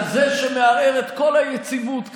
זה שמערער את כל היציבות כאן,